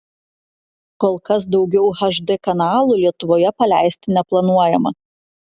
kol kas daugiau hd kanalų lietuvoje paleisti neplanuojama